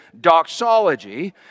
doxology